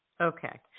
Okay